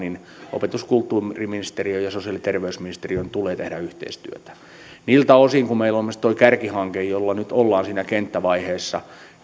opetus ja kulttuuriministeriön ja sosiaali ja terveysministeriön tulee tehdä yhteistyötä niiltä osin kuin meillä on esimerkiksi tuo kärkihanke jossa nyt ollaan siinä kenttävaiheessa